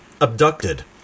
abducted